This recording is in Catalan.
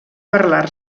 parlar